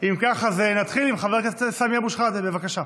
אם כך, נתחיל עם חבר הכנסת סמי אבו שחאדה, בבקשה.